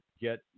Get